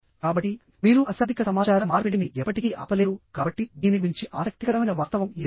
కాబట్టి మీరు అశాబ్దిక సమాచార మార్పిడిని ఎప్పటికీ ఆపలేరు కాబట్టి దీని గురించి ఆసక్తికరమైన వాస్తవం ఇదే